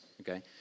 Okay